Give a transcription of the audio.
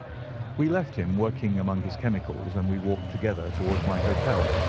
we left him working among his chemicals, and we walked together towards my hotel.